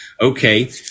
okay